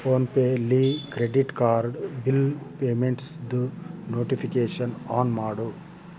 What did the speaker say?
phone ಪೇಲಿ credit card bill ಪೇಮೆಂಟ್ಸ್ದು notification on ಮಾಡು